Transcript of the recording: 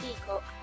Peacock